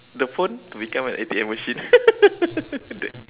the phone to become an A_T_M machine